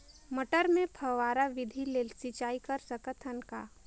मटर मे फव्वारा विधि ले सिंचाई कर सकत हन का?